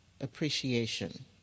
appreciation